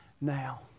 now